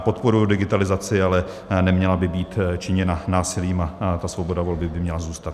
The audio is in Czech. Podporuji digitalizaci, ale neměla by být činěna násilím a ta svoboda volby by měla zůstat.